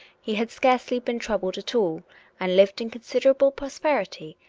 he had scarcely been troubled at all and lived in considerable prosperity,